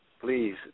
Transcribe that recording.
please